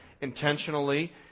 intentionally